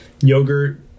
yogurt